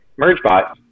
Mergebot